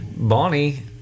Bonnie